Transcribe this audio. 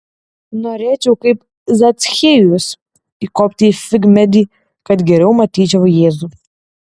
norėčiau kaip zachiejus įkopti į figmedį kad geriau matyčiau jėzų